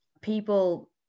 people